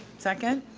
second.